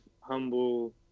humble